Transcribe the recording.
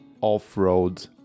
off-road